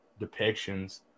depictions